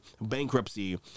bankruptcy